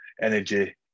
energy